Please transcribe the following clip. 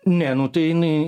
ne nu tai jinai